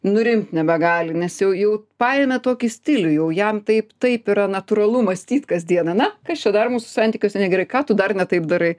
nurimt nebegali nes jau jau paėmė tokį stilių jau jam taip taip yra natūralu mąstyt kasdieną na kas čia dar mūs santykiuose negerai ką tu dar ne taip darai